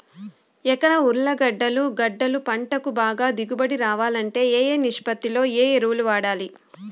ఎకరా ఉర్లగడ్డలు గడ్డలు పంటకు బాగా దిగుబడి రావాలంటే ఏ ఏ నిష్పత్తిలో ఏ ఎరువులు వాడాలి?